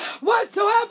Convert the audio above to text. whatsoever